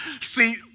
See